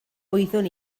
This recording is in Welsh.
wyddwn